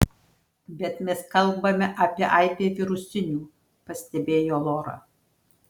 bet mes kalbame apie aibę virusinių pastebėjo lora